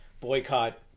boycott